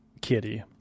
Kitty